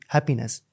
Happiness